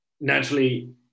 Naturally